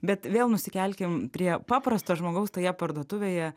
bet vėl nusikelkim prie paprasto žmogaus toje parduotuvėje